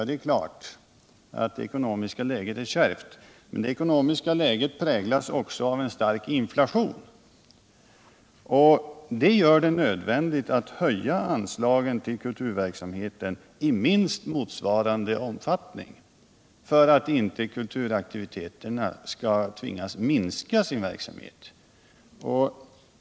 Det är klart att det ekonomiska läget är kärvt, men det präglas också av en stark inflation, och det gör det nödvändigt att höja anslagen till kulturverksamheten i minst motsvarande grad för att kulturaktiviteterna inte skall bli mindre.